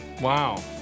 Wow